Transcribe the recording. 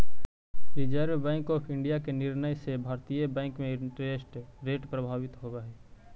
reserve bank of India के निर्णय से भारतीय बैंक में इंटरेस्ट रेट प्रभावित होवऽ हई